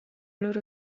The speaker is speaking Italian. loro